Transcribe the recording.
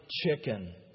chicken